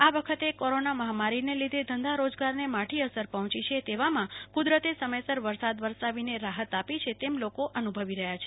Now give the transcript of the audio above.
આ વખતે કોરોના મહામારીના લીધે ધંધા રોજગારને માંથી અસર પહોચી છે તેવામાં કુદરતે સમયસર વરસાદ વરસાવીને રાહત આપી છે તેમમ લોકો અનુભવી રહ્યા છે